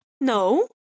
No